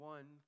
One